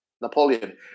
Napoleon